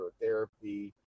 therapy